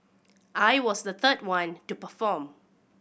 I was the third one to perform